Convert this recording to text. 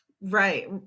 Right